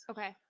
Okay